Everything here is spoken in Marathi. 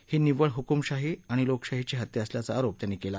ही निवळ हुकूमशाही आणि लोकशाहीचा हत्या असल्याचा आरोप त्यांनी केला